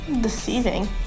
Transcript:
Deceiving